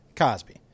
Cosby